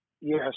Yes